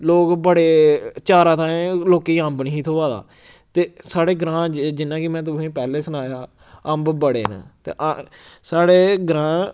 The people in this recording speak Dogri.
लोग बड़े चारा ताईं लोकें गी अम्ब नेही थ्होआ दा ते साढ़े ग्रां जिन्ना कि में तुसें गी पैह्ले सनाया अम्ब बड़े न ते साढ़े ग्रां